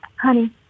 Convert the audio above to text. honey